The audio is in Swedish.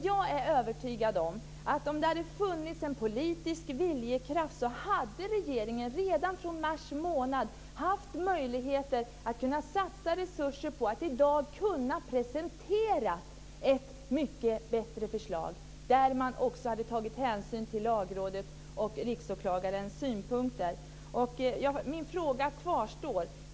Jag är övertygad om att regeringen, om det hade funnits en politisk viljekraft, redan från mars månad hade haft möjligheter att satsa resurser på att i dag kunna presentera ett mycket bättre förslag, där man också hade tagit hänsyn till Lagrådets och Riksåklagarens synpunkter. Min fråga kvarstår.